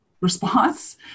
response